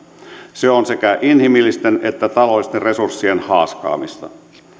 se on sekä inhimillisten että taloudellisten resurssien haaskaamista